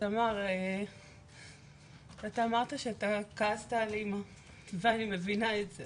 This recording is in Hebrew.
אתה אמרת שאתה כעסת על אמא ואני מבינה את זה